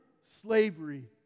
slavery